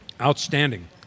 Outstanding